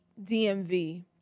DMV